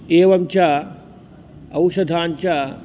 एवञ्च औषधाञ्च